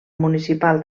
municipal